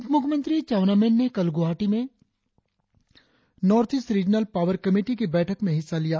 उपमुख्यमंत्री चाउना मेन ने कल गुवाहाटी में north east regional power committee की बैठक में हिस्सा लिया